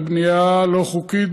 זו בנייה לא חוקית,